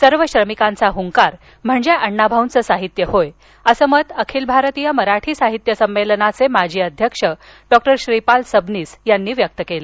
सर्व श्रमिकांचा हंकार म्हणजे अण्णांचं साहित्य होय असं मत अखिल भारतीय मराठी साहित्य संमेलनाचे माजी अध्यक्ष डॉक्टर श्रीपाल सबनीस यांनी व्यक्त केलं